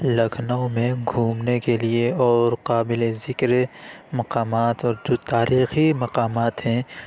لکھنؤ میں گھومنے کے لیے اور قابلِ ذکر مقامات اور جو تاریخی مقامات ہیں